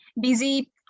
busy